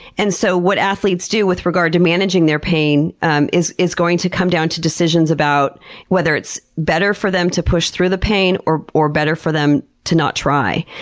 and so, what athletes do with regard with managing their pain um is is going to come down to decisions about whether it's better for them to push through the pain, or or better for them to not try.